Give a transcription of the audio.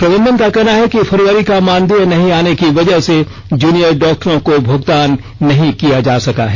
प्रबंधन का कहना है कि फरवरी का मानदेय नहीं आने की वजह से जूनियर डॉक्टरों को भूगतान किया जा सका है